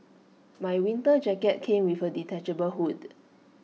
my winter jacket came with A detachable hood